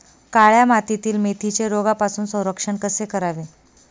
काळ्या मातीतील मेथीचे रोगापासून संरक्षण कसे करावे?